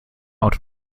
auto